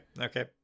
okay